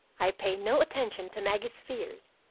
i pay no attention to maggie's fears.